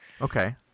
Okay